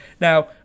Now